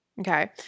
Okay